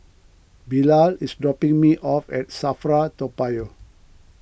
Bilal is dropping me off at Safra Toa Payoh